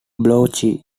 balochi